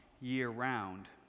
year-round